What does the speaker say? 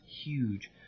huge